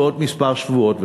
בעוד כמה שבועות,